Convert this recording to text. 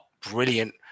brilliant